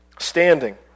standing